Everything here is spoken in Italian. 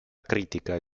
critica